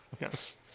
Yes